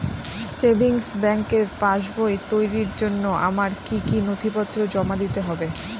Savings ব্যাংকের পাসবই তৈরির জন্য আমার কি কি নথিপত্র জমা দিতে হবে?